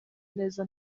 neza